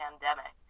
pandemic